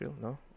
No